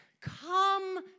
come